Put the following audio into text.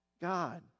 God